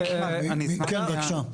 כן בבקשה.